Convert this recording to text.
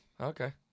Okay